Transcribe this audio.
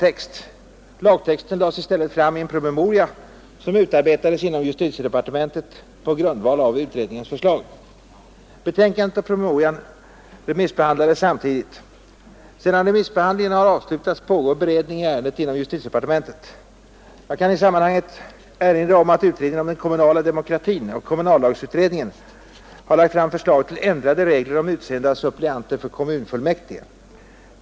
Lagtexten lades i stället fram i en promemoria som utarbetades inom justitiedepartementet på grundval av utredningens förslag. Utredningens betänkande och promemorian remissbehandlades samtidigt. Sedan remissbehandlingen har avslutats pågår beredning i ärendet inom justitiedepartementet. Jag vill i sammanhanget erinra om att utredningen om den kommunala demokratin och kommunallagsutred ningen har lagt fram förslag till ändrade regler om utseende av suppleanter för kommunfullmäktige.